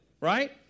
right